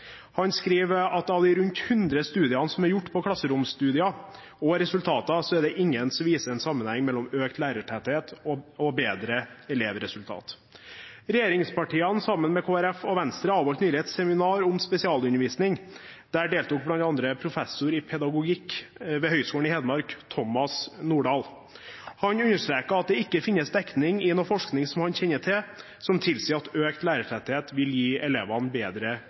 Han skriver at av de rundt 100 studiene som er gjort på klasseromsstudier og resultater, er det ingen som viser en sammenheng mellom økt lærertetthet og bedre elevresultater. Regjeringspartiene, sammen med Kristelig Folkeparti og Venstre, avholdt nylig et seminar om spesialundervisning. Der deltok bl.a. professor i pedagogikk ved Høgskolen i Hedmark, Thomas Nordahl. Han understreket at det ikke finnes dekning i noen forskning som han kjenner til, som tilsier at økt lærertetthet vil gi elevene bedre